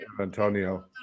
Antonio